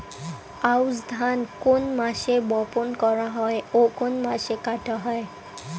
আউস ধান কোন মাসে বপন করা হয় ও কোন মাসে কাটা হয়?